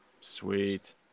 Sweet